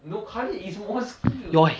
no khaleed is more skilled